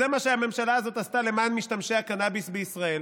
זה מה שהממשלה הזאת עשתה למען משתמשי הקנביס בישראל.